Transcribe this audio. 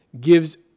gives